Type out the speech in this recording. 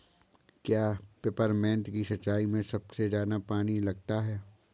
क्या पेपरमिंट की सिंचाई में सबसे ज्यादा पानी लगता है?